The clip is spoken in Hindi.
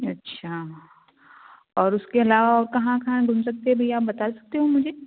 अच्छा और उसके अलावा और कहाँ कहाँ घूम सकते भैया आप बता सकते हो मुझे